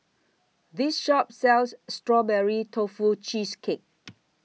This Shop sells Strawberry Tofu Cheesecake